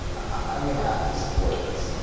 i'm going to have to support this.